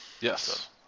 Yes